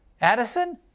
Addison